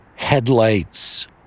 Headlights